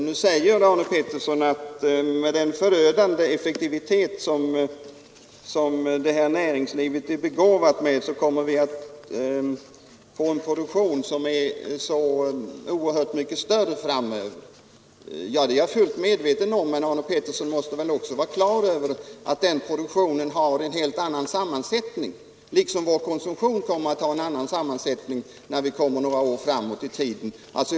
Nu säger Arne Pettersson att med den förödande effektivitet som näringslivet är begåvat med kommer vi framöver att få en oerhört mycket större produktion. Det är jag fullt medveten om. Men Arne Pettersson måste väl också vara på det klara med att den produktionen liksom vår konsumtion kommer att ha en helt annan sammansättning när vi kommer några år framåt i 141 tiden.